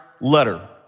letter